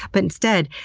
but instead,